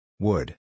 Wood